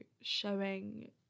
showing